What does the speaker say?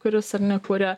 kuris ar ne kuria